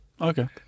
okay